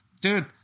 dude